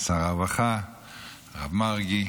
שר הרווחה הרב מרגי,